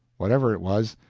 whatever it was,